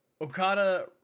Okada